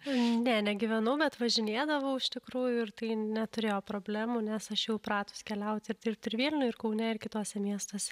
ne negyvenau bet važinėdavau iš tikrųjų ir tai neturėjo problemų nes aš čia jau pratusi keliauti ir dirbti ir vilniuje ir kaune ir kituose miestuose